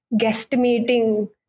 guesstimating